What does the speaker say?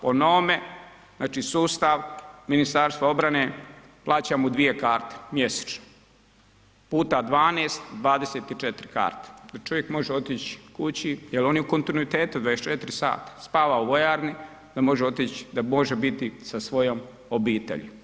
Po novome, znači sustav Ministarstva obrane plaća mu dvije karte mjesečno, puta 12 24 karte da čovjek može otići kući jer on je u kontinuitetu 24h, spava u vojarni, da može otići, da može biti sa svojom obitelji.